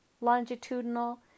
longitudinal